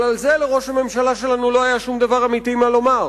אבל על זה לראש הממשלה שלנו לא היה שום דבר אמיתי לומר.